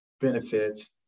benefits